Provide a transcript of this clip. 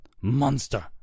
Monster